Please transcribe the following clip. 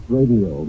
Radio